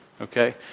Okay